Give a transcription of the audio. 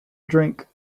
drink